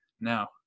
Now